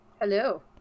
Hello